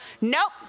Nope